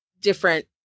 different